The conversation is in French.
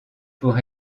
pour